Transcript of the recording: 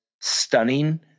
stunning